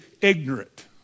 ignorant